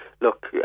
look